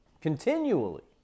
continually